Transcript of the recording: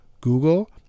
google